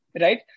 right